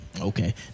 Okay